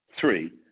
Three